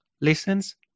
listens